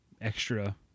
extra